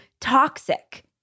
toxic